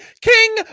king